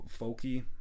folky